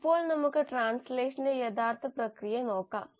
ഇപ്പോൾ നമുക്ക് ട്രാൻസ്ലേഷന്റെ യഥാർത്ഥ പ്രക്രിയ നോക്കാം